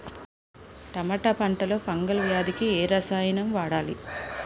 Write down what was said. టమాటా పంట లో ఫంగల్ వ్యాధికి ఏ రసాయనం వాడాలి?